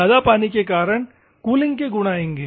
ज्यादा पानी होने के कारण कूलिंग गुण आएंगे